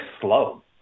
slow